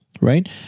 right